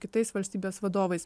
kitais valstybės vadovais